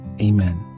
Amen